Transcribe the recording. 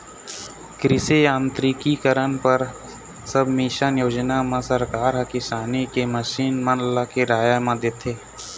कृषि यांत्रिकीकरन पर सबमिसन योजना म सरकार ह किसानी के मसीन मन ल किराया म देथे